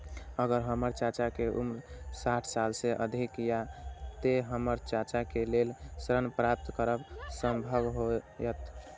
अगर हमर चाचा के उम्र साठ साल से अधिक या ते हमर चाचा के लेल ऋण प्राप्त करब संभव होएत?